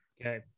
Okay